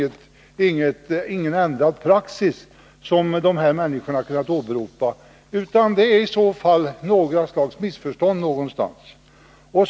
Det finns alltså ingen ändrad praxis som de här människorna kunnat åberopa, utan det är i så fall ett slags missförstånd någonstans.